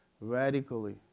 radically